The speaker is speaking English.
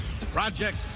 Project